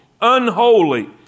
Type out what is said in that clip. unholy